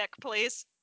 please